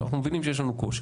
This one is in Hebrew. אנחנו מבינים שיש לנו קושי.